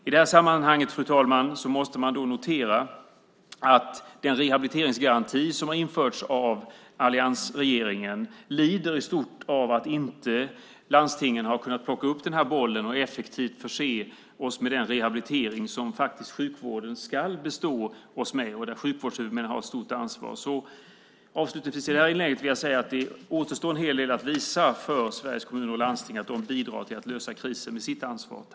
I det sammanhanget måste man, fru talman, notera att den rehabiliteringsgaranti som införts av alliansregeringen lider av att landstingen inte kunnat plocka upp den bollen och effektivt förse oss med den rehabilitering som sjukvården faktiskt ska bestå oss med. Där har sjukvårdshuvudmännen ett stort ansvar. Avslutningsvis vill jag säga att det återstår en hel del för Sveriges kommuner och landsting att visa, att genom sitt ansvar bidra till att lösa krisen.